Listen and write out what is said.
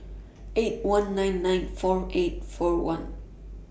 eight one nine nine four eight four one